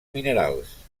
minerals